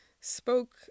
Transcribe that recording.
spoke